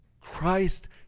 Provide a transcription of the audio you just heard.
Christ